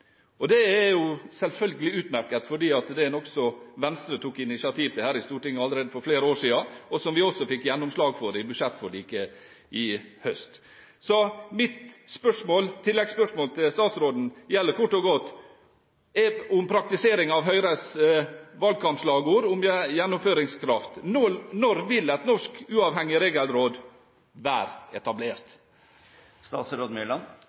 Det er selvfølgelig utmerket. Det er noe som Venstre tok initiativ til her i Stortinget allerede for flere år siden, og som vi også fikk gjennomslag for i budsjettforliket i høst. Mitt oppfølgingsspørsmål til statsråden gjelder kort og godt praktiseringen av Høyres valgkampslagord «gjennomføringskraft»: Når vil et norsk, uavhengig regelråd være etablert?